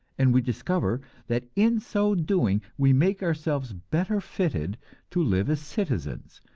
and we discover that in so doing we make ourselves better fitted to live as citizens,